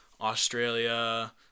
Australia